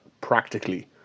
practically